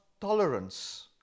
tolerance